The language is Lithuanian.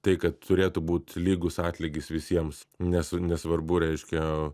tai kad turėtų būt lygus atlygis visiems nesu nesvarbu reiškia